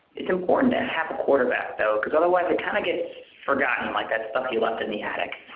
is important to have a quarterback though, because otherwise it kind of gets forgotten like that stuff left in the attic.